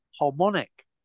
harmonic